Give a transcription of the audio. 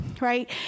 right